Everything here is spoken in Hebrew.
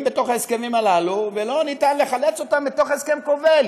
בתוך ההסכמים הללו ולא ניתן לחלץ אותם מתוך הסכם כובל.